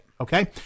Okay